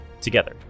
Together